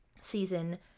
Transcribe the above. season